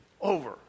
over